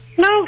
No